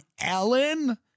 Ellen